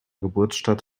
geburtsstadt